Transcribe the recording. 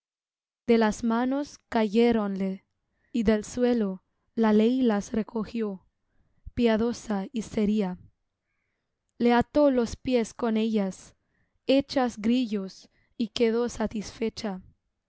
de las manos cayéronle y del suelo la ley las recojió piadosa y seria le ató los pies con ellas hechas grillos y quedó satisfecha